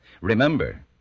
Remember